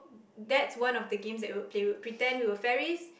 that's one of the games that we will play we will pretend that we were fairies